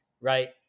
right